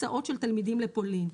מסעות של תלמידים לפולין,